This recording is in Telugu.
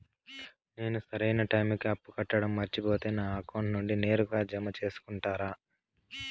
నేను సరైన టైముకి అప్పు కట్టడం మర్చిపోతే నా అకౌంట్ నుండి నేరుగా జామ సేసుకుంటారా?